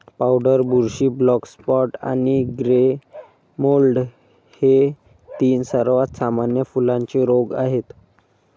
powder बुरशी, black spot आणि grey mould हे तीन सर्वात सामान्य फुलांचे रोग आहेत